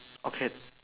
okay